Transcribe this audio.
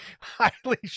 highly